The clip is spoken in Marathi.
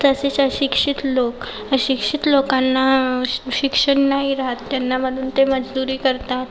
तसेच अशिक्षित लोक अशिक्षित लोकांना शिक्षण नाही राहत त्यांना म्हणून ते मजदूरी करतात